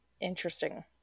interesting